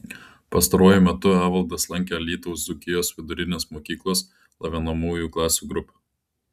pastaruoju metu evaldas lankė alytaus dzūkijos vidurinės mokyklos lavinamųjų klasių grupę